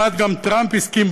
גם טראמפ כמעט הסכים,